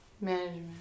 Management